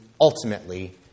ultimately